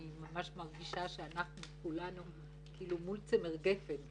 אני ממש מרגישה שאנחנו כולנו כאילו מול צמר גפן.